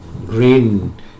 green